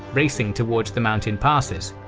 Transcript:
racing towards the mountain passes.